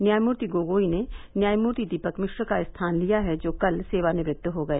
न्यायमूर्ति गोगोई ने न्यायमूर्ति दीपक मिश्र का स्थान लिया है जो कल सेवानिवृत हो गए